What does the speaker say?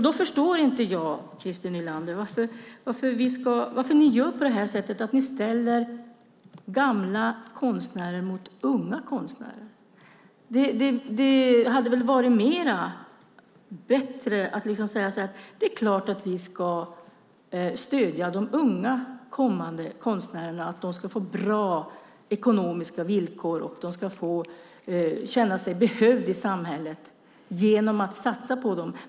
Då förstår inte jag, Christer Nylander, varför ni gör på detta sätt och ställer gamla konstnärer mot unga konstnärer. Det hade väl varit bättre att säga att det är klart att vi ska stödja de unga, kommande konstnärerna. De ska få bra ekonomiska villkor och få känna sig behövda i samhället genom att vi satsar på dem.